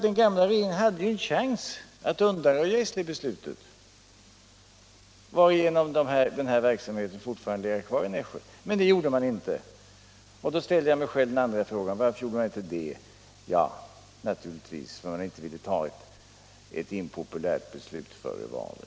Den gamla regeringen hade ju en chans att undanröja beslutet, varigenom verksamheten skulle ha legat kvar i Nässjö. Men det gjorde den inte. Då ställde jag mig själv den andra frågan, varför man inte gjorde det. — Naturligtvis därför att man inte ville ta ett impopulärt beslut före valet.